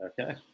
Okay